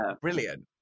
Brilliant